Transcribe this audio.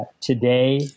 today